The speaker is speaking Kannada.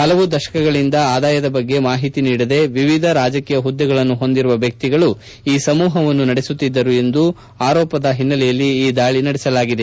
ಹಲವು ದಶಕಗಳಿಂದ ಆದಾಯದ ಬಗ್ಗೆ ಮಾಹಿತಿ ನೀಡದೆ ವಿವಿಧ ರಾಜಕೀಯ ಹುದ್ದೆಗಳನ್ನು ಹೊಂದಿರುವ ವ್ಯಕ್ತಿಗಳು ಈ ಸಮೂಪವನ್ನು ನಡೆಸುತ್ತಿದ್ದರು ಎಂಬ ಆರೋಪದ ಹಿನ್ನೆಲೆಯಲ್ಲಿ ಈ ದಾಳಿ ನಡೆದಿದೆ